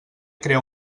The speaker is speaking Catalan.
crear